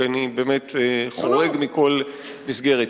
כי אני באמת חורג מכל מסגרת.